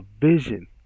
vision